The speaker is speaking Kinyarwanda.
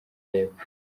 y’epfo